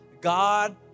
God